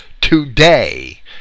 today